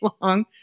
long